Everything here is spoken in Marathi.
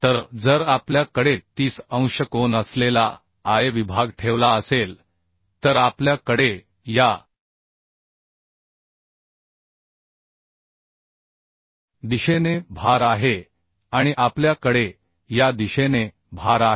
तर जर आपल्या कडे 30 अंश कोन असलेला I विभाग ठेवला असेल तर आपल्या कडे या दिशेने भार आहे आणि आपल्या कडे या दिशेने भार आहे